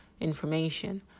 information